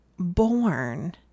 Born